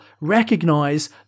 recognize